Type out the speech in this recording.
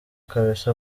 kbs